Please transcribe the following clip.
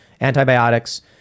antibiotics